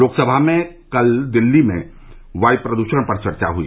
लोकसभा में कल दिल्ली में वायु प्रदूषण पर चर्चा हुई